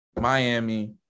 Miami